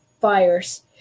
fires